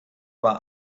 war